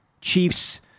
Chiefs